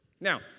Now